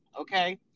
okay